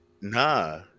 Nah